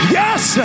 yes